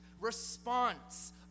response